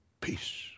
Peace